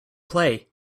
play